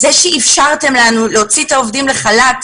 זה שאפשרתם לנו להוציא את העובדים לחל"ת,